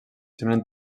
semblen